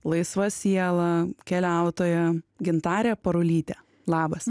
laisva siela keliautoja gintarė parulytė labas